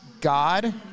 God